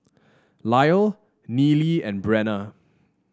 Lyle Nealie and Brenna